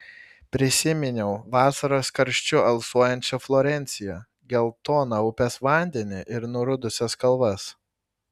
prisiminiau vasaros karščiu alsuojančią florenciją geltoną upės vandenį ir nurudusias kalvas